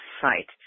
site